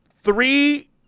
three –